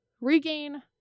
regain